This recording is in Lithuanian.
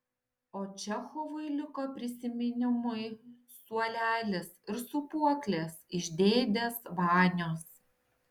o čechovui liko prisiminimui suolelis ir sūpuoklės iš dėdės vanios